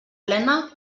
plena